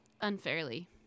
Unfairly